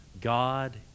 God